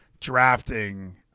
drafting